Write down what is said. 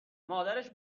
مادرش